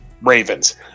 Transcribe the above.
Ravens